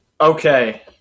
Okay